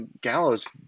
gallows